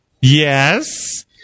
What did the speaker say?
Yes